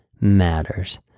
matters